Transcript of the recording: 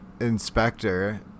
inspector